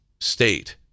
state